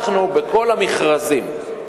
בכל המכרזים,